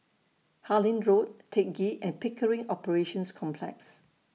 Harlyn Road Teck Ghee and Pickering Operations Complex